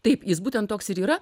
taip jis būtent toks ir yra